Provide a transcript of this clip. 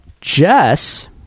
Jess